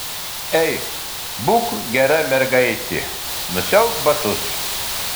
ei būk gera mergaitė nusiauk batus